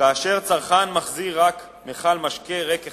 כאשר צרכן מחזיר רק מכל משקה ריק אחד.